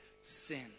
sin